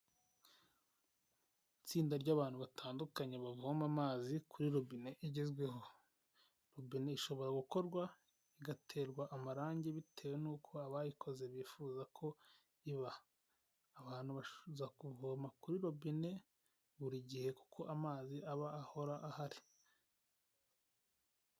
Itsinda ry'abantu batandukanye bavoma amazi kuri robine igezweho robine ishobora gukorwa, igaterwa amarangi bitewe n'uko abayikoze bifuza ko iba abantu baza kuvoma kuri robine buri gihe kuko amazi aba ahora ahari.